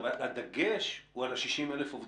אבל הדגש הוא על 60,000 עובדים.